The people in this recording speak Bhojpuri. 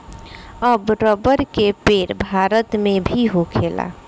अब रबर के पेड़ भारत मे भी होखेला